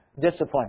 discipline